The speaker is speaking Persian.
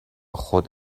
خود